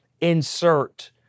insert